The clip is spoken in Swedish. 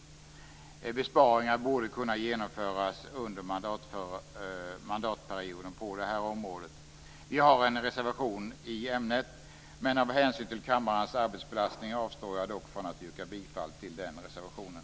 Besparingar borde kunna genomföras under mandatperioden på detta område. Vi har en reservation i ämnet. Men av hänsyn till kammarens arbetsbelastning avstår jag dock från att yrka bifall till den reservationen.